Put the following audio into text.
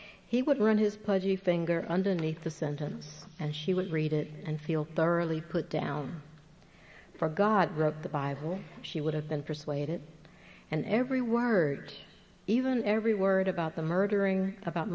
he would run his pledge you finger underneath the sentence and she would read it and feel thoroughly put down for god wrote the bible she would have been persuaded and every word even every word about the murdering about